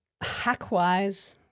hack-wise